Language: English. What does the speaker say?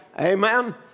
Amen